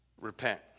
Repent